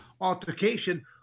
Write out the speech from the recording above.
altercation